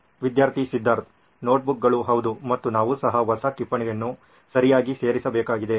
ವಿದ್ಯಾರ್ಥಿ ಸಿದ್ಧರ್ಥ್ ನೋಟ್ಬುಕ್ಗಳು ಹೌದು ಮತ್ತು ನಾವು ಸಹ ಹೊಸ ಟಿಪ್ಪಣಿಯನ್ನು ಸರಿಯಾಗಿ ಸೇರಿಸಬೇಕಾಗಿದೆ